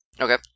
Okay